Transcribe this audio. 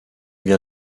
wir